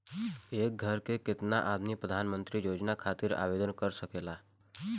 एक घर के केतना आदमी प्रधानमंत्री योजना खातिर आवेदन कर सकेला?